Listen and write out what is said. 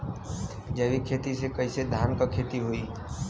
जैविक खेती से कईसे धान क खेती होई?